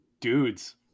dudes